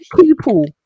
people